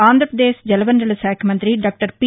ఆంధ్రాపదేశ్ జలవనరుల శాఖమంగ్రి doctor P